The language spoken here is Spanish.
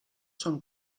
son